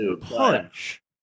Punch